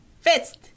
Fist